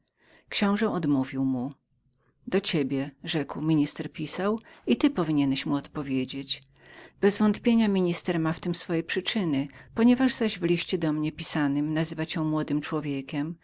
książe odmówił mu do ciebie rzekł minister pisał i ty powinieneś mu odpowiedzieć bezwątpienia minister ma w tem swoje przyczyny ponieważ zaś w liście do mnie pisanym nazywa cię młodym człowiekiem